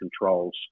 controls